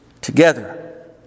together